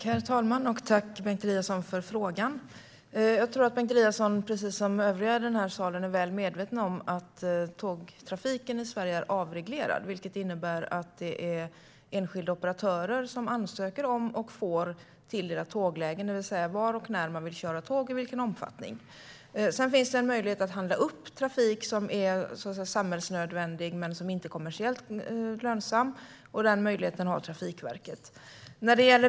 Herr talman! Tack, Bengt Eliasson, för frågan! Jag tror att Bengt Eliasson, liksom övriga närvarande, är väl medveten om att tågtrafiken i Sverige är avreglerad, vilket innebär att det är enskilda operatörer som ansöker om och får tilldelat tåglägen, det vill säga var och när man vill köra tåg och i vilken omfattning. Sedan finns det en möjlighet att upphandla trafik som är samhällsnödvändig men inte kommersiellt lönsam, och den möjligheten har Trafikverket.